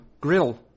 grill